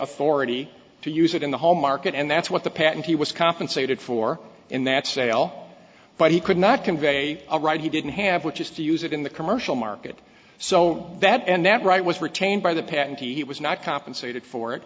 authority to use it in the home market and that's what the patent he was compensated for in that sale but he could not convey a right he didn't have which is to use it in the commercial market so that and that right was retained by the patent he was not compensated for it